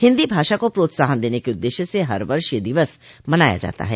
हिंदी भाषा को प्रोत्साहन देने के उद्देश्य से हर वर्ष यह दिवस मनाया जाता है